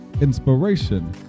inspiration